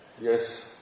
Yes